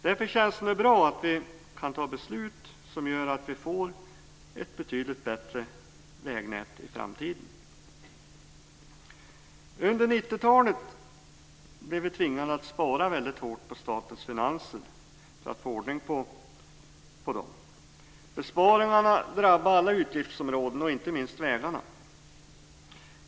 Därför känns det nu bra att vi kan ta beslut som gör att vi får ett betydligt bättre vägnät i framtiden. Under 90-talet blev vi tvingade att spara väldigt hårt på statens finanser, för att få ordning på dem. Besparingarna drabbade alla utgiftsområden - inte minst vägarna.